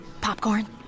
Popcorn